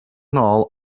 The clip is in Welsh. nôl